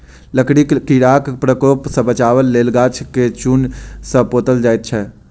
लकड़ीक कीड़ाक प्रकोप सॅ बचबाक लेल गाछ के चून सॅ पोतल जाइत छै